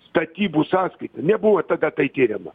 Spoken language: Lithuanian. statybų sąskaita nebuvo tada tai tiriama